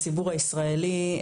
הציבור הישראלי,